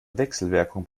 wechselwirkung